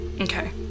okay